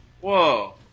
whoa